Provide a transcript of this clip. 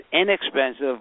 inexpensive